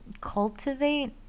cultivate